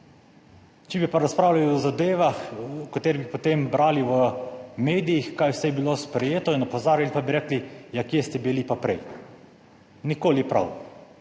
Če bi pa razpravljali o zadevah, o katerih bi potem brali v medijih kaj vse je bilo sprejeto in opozarjali, pa bi rekli, ja, kje ste bili pa prej. Nikoli prav.